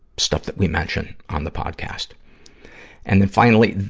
stuff that we mention on the podcast and then, finally,